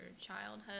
childhood